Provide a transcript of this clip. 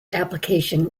application